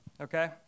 okay